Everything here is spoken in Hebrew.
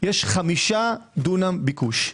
יש 5 דונם ביקוש.